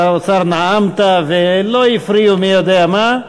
שר האוצר, נאמת ולא הפריעו מי יודע מה.